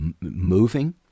moving